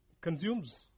consumes